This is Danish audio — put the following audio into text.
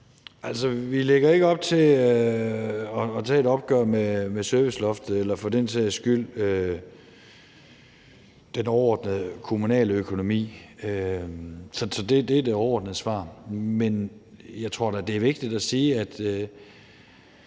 (V): Vi lægger ikke op til at tage et opgør med serviceloftet eller for den sags skyld den overordnede kommunale økonomi. Det er det overordnede svar. Men jeg tror da, det er vigtigt at sige, at